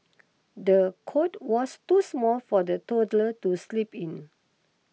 the cot was too small for the toddler to sleep in